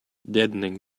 deadening